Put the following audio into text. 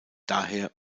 daher